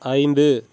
ஐந்து